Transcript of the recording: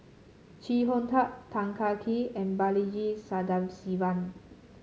Chee Hong Tat Tan Kah Kee and Balaji Sadasivan